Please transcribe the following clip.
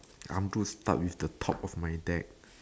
I want to start with the top of my deck